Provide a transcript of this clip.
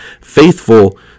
faithful